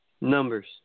Numbers